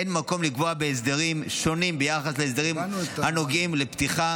אין מקום לקבוע הסדרים שונים ביחס להסדרים הנוגעים לפתיחה